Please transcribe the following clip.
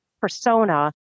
persona